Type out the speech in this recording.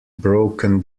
broken